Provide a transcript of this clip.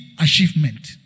achievement